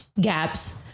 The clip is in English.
gaps